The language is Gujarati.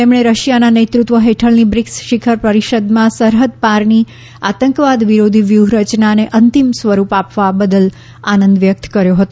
તેમણે રશિયાના નેતૃત્વ હેઠળની બ્રિકસ શિખર પરિષદમાં સરહદ પારની આતંકવાદ વિરોધી વ્યૂહરયનાને અંતિમ સ્વરૂપ આપવા બદલ આનંદ વ્યકત કર્યો હતો